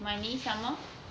money some more